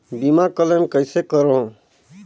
बीमा क्लेम कइसे करों?